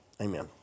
amen